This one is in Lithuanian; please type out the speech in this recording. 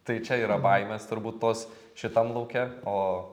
tai čia yra baimės turbūt tos šitam lauke o